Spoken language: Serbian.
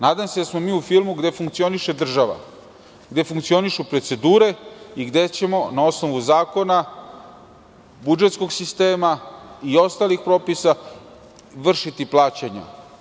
Nadam se da smo mi u filmu gde funkcioniše država, gde funkcionišu procedure i gde ćemo na osnovu zakona, budžetskog sistema i ostalih propisa, vršiti plaćanje.